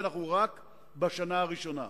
ואנחנו רק בשנה הראשונה.